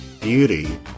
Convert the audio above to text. beauty